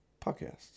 podcast